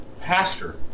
pastor